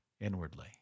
inwardly